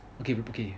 okay okay